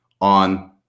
on